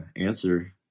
answer